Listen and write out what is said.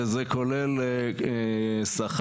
שזה כולל שכר.